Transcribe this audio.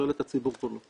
ולתועלת הציבור כולו.